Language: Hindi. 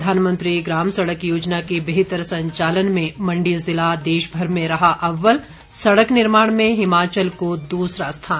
प्रधानमंत्री ग्राम सड़क योजना के बेहतर संचालन में मण्डी जिला देशभर में रहा अव्वल सड़क निर्माण में हिमाचल को दूसरा स्थान